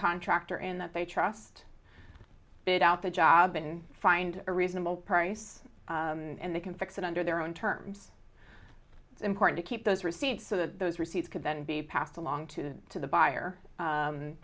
contractor in that they trust bid out the job and find a reasonable price and they can fix it under their own terms important to keep those receipts so those receipts could then be passed along to the to the buyer